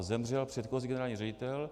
Zemřel předchozí generální ředitel.